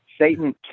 Satan